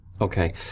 Okay